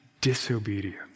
disobedience